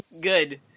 Good